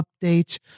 updates